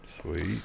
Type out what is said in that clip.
Sweet